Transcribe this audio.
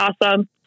awesome